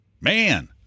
man